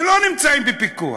שלא נמצאים בפיקוח.